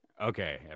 Okay